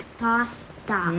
pasta